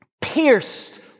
pierced